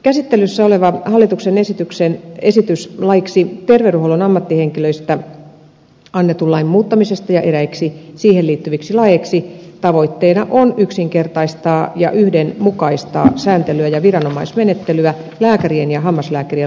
käsittelyssä olevan hallituksen esityksen laiksi terveydenhuollon ammattihenkilöistä annetun lain muuttamisesta ja eräiksi siihen liittyviksi laeiksi tavoitteena on yksinkertaistaa ja yhdenmukaistaa sääntelyä ja viranomaismenettelyä lääkärien ja hammaslääkärien laillistuksen osalta